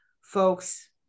folks